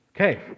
Okay